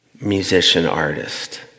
musician-artist